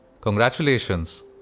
congratulations